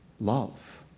love